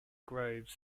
groves